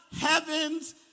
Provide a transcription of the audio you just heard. heaven's